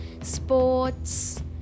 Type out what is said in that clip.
sports